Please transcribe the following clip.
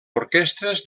orquestres